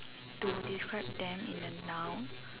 to describe them in a noun